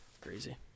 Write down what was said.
crazy